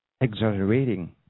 exaggerating